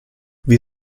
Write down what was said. wir